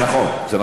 זה נכון, זה נכון.